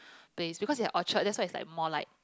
place because there are Orchard that's why is like more like